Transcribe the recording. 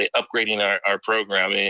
ah upgrading ah our program. and